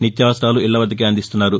నిత్యావసరాలు ఇళ్ళ వద్గకే అందిస్తున్నారు